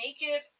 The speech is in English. naked